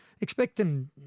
expecting